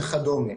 וכדומה.